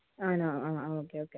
ആണോ ആ ആ ഓക്കെ ഓക്കെ